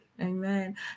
Amen